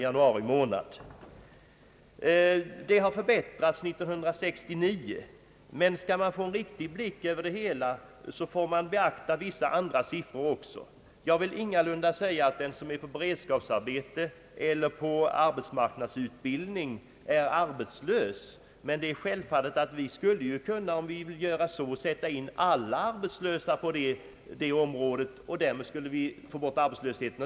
En förbättring har inträtt 1969, men skall man få en riktig blick över det hela får man beakta vissa andra siffror också. Ang. den ekonomiska politiken, m.m. Jag vill ingalunda påstå att den som är sysselsatt i beredskapsarbete eller undergår arbetsmarknadsutbildning är arbetslös, men det är självklart att om vi ordnade på samma sätt för alla arbetslösa så skulle någon arbetslöshet inte redovisas.